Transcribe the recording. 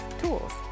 tools